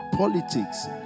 Politics